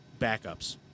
backups